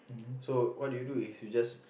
so what do you do we just